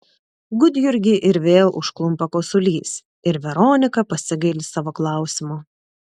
gudjurgį vėl užklumpa kosulys ir veronika pasigaili savo klausimo